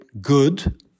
good